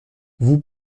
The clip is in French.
vous